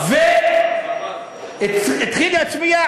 והתחיל להצביע